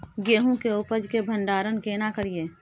गेहूं के उपज के भंडारन केना करियै?